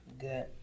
Good